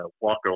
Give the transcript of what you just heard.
Walker